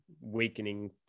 weakening